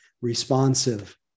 responsive